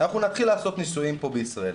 נתחיל לעשות ניסויים בישראל'.